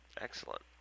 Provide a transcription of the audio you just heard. Excellent